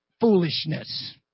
foolishness